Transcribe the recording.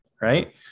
right